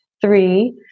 Three